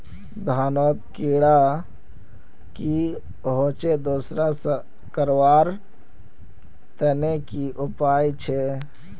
धानोत कीड़ा की होचे दूर करवार तने की उपाय छे?